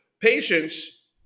patients